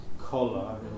Collar